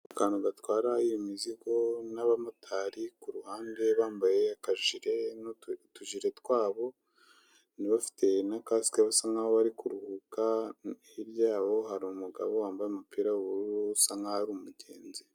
Akantu gatwara imizigo n'abamotari kuruhande bambaye akajire n'utundi tujire twabo, bafite na kasike basa nkaho bari kuruhuka, hirya yaho hari umugabo wambaye umupira w'ubururu usa nkaho ari umugenzi.